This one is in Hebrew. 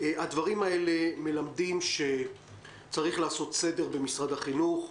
הדברים האלה מלמדים שצריך לעשות סדר במשרד החינוך.